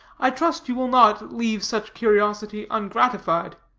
i trust you will not leave such curiosity ungratified.